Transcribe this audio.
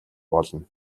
болно